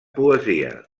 poesia